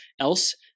else